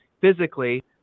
physically